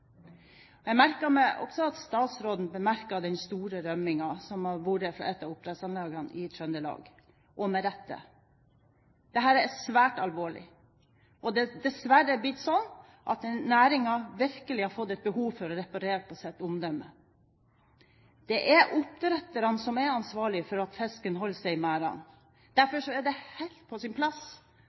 Jeg merket meg også at statsråden bemerket den store rømmingen som har vært fra et av oppdrettsanleggene i Trøndelag – og med rette. Dette er svært alvorlig. Det er dessverre blitt slik at næringen virkelig har fått et behov for å reparere sitt omdømme. Det er oppdretterne som er ansvarlig for at fisken holder seg i merdene. Derfor er det helt på sin plass